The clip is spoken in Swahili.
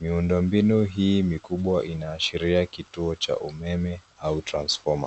Miundombinu hii mikubwa inashiria kituo cha umeme au transfoma.